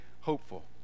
hopeful